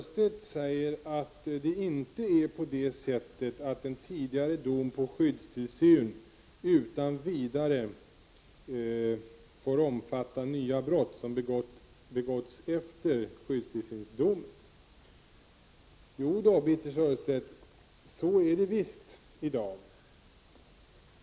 Herr talman! Birthe Sörestedt säger att en tidigare dom på skyddstillsyn inte utan vidare får omfatta nya brott som begåtts efter domen. Jodå, Birthe Sörestedt, så är det i dag.